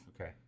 Okay